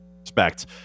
respect